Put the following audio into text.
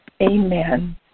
amen